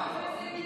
פנינה,